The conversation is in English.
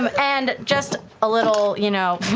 and just a little, you know.